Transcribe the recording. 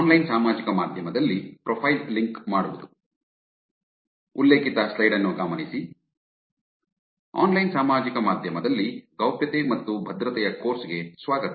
online ಸಾಮಾಜಿಕ ಮಾಧ್ಯಮದಲ್ಲಿ ಗೌಪ್ಯತೆ ಮತ್ತು ಭದ್ರತೆಯ ಕೋರ್ಸ್ ಗೆ ಸ್ವಾಗತ